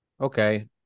Okay